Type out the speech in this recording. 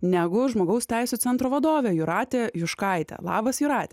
negu žmogaus teisių centro vadovė jūratė juškaitė labas jūrate